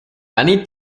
many